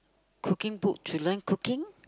cooking book to learn cooking